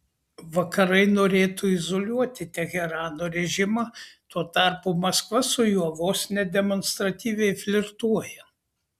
vakarai norėtų izoliuoti teherano režimą tuo tarpu maskva su juo vos ne demonstratyviai flirtuoja